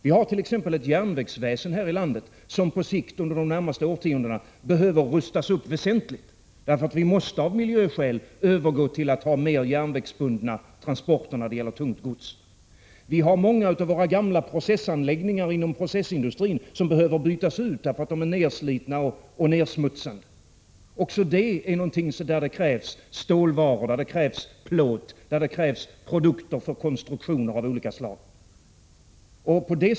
Vi har exempelvis ett järnvägsväsen här i landet som på sikt under de närmaste årtiondena behöver rustas upp väsentligt. Vi måste nämligen av miljöskäl övergå till mer järnvägsbundna transporter när det gäller tyngre gods. Vi har många gamla processanläggningar inom processindustrin som behöver bytas ut därför att de är nedslitna och nedsmutsande. Också där krävs stålvaror, plåt, produkter för konstruktioner av olika slag.